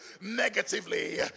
negatively